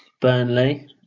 Burnley